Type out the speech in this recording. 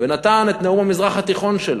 ונתן את נאום המזרח התיכון שלו.